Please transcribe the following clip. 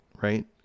right